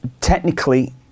technically